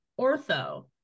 ortho